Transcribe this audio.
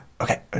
okay